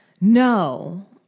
No